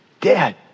Dad